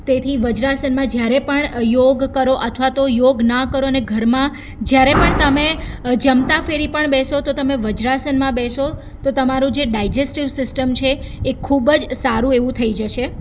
તેથી વજ્રાસનમાં જ્યારે પણ યોગ કરો અથવા તો યોગ ના કરો અને ઘરમાં જ્યારે પણ તમે જમતા ફેરી પણ બેસો તો તમે વજ્રાસનમાં બેસો તો તમારું જે ડાયજેસ્ટિવ સિસ્ટમ છે એ ખૂબ જ સારું એવું થઈ જશે